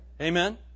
Amen